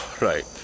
Right